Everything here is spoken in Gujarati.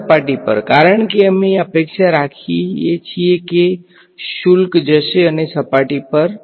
સપાટી પર કારણ કે અમે અપેક્ષા રાખીએ છીએ કે શુલ્ક જશે અને સપાટી પર વહેશે